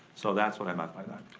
so that's what i meant by that.